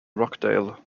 rochdale